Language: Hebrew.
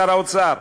שר האוצר.